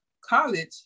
college